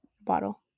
bottle